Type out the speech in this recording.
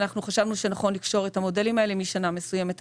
אנחנו חשבנו שנכון לקשור את המודלים האלה משנה מסוימת עתידית.